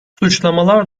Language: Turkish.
suçlamalar